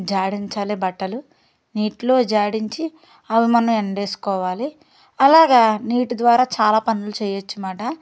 జాడించాలి బట్టలు నీటిలో జాడించి అవి మనం ఎండేసుకోవాలి అలాగే నీటి ద్వారా చాలా పనులు చేయచ్చు అన్నమాట